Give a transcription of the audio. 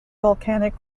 volcanic